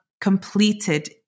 completed